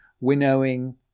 winnowing